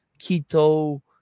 keto